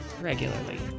Regularly